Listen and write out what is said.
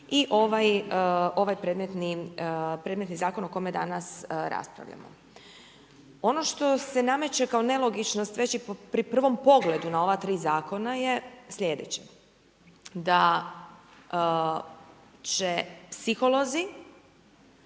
i ovaj predmetni zakon o kome danas raspravljamo. Ono što se nameće kao nelogičnost, već i pri prvom pogledu na ova 3 zakona je sljedeće, da će psiholozi